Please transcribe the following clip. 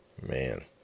Man